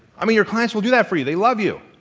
i mean your clients will do that for you, they love you.